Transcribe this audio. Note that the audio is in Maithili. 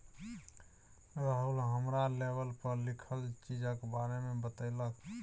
राहुल हमरा लेवल पर लिखल चीजक बारे मे बतेलक